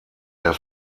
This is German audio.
der